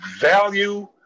value